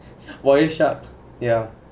wireshark